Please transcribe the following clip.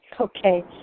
Okay